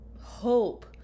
hope